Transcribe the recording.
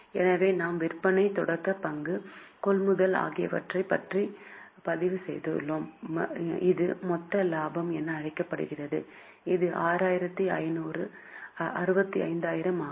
எனவே நாம் விற்பனை தொடக்க பங்கு கொள்முதல் ஆகியவற்றை பதிவு செய்துள்ளோம் இது மொத்த லாபம் என அழைக்கப்படுகிறது இது 65000 ஆகும்